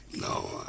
no